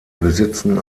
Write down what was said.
besitzen